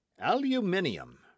Aluminium